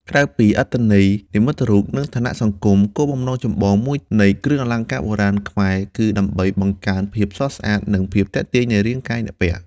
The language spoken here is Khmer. ក្រៅពីអត្ថន័យនិមិត្តរូប និងឋានៈសង្គម គោលបំណងចម្បងមួយនៃគ្រឿងអលង្ការបុរាណខ្មែរគឺដើម្បី បង្កើនភាពស្រស់ស្អាត និងភាពទាក់ទាញ នៃរាងកាយអ្នកពាក់។